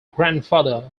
grandfather